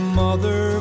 mother